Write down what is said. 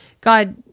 God